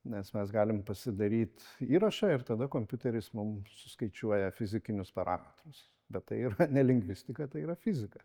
nes mes galim pasidaryt įrašą ir tada kompiuteris mum suskaičiuoja fizikinius parametrus bet tai yra ne lingvistika tai yra fizika